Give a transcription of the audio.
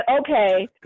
okay